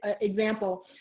example